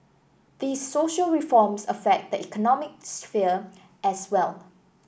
these social reforms affect the economic sphere as well